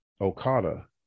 Okada